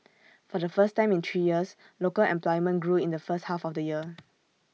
for the first time in three years local employment grew in the first half of the year